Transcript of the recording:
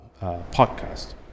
podcast